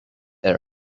her